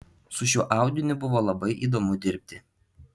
su šiuo audiniu buvo labai įdomu dirbti